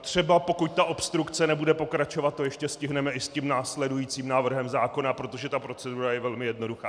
Třeba to, pokud ta obstrukce nebude pokračovat, ještě stihneme i s tím následujícím návrhem zákona, protože ta procedura je velmi jednoduchá.